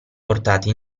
portati